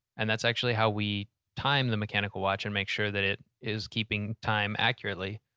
and that's actually how we time the mechanical watch and make sure that it is keeping time accurately,